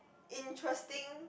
interesting